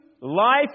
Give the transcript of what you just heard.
life